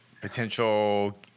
potential